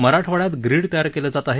मराठवाड्यात ग्रीड तयार केलं जात आहे